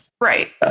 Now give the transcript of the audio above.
Right